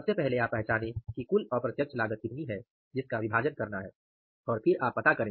सबसे पहले आप पहचानें कि कुल अप्रत्यक्ष लागत कितनी है जिसका विभाजन करना है और फिर आप पता करें